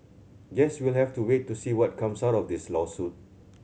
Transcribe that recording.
guess we'll have to wait to see what comes out of this lawsuit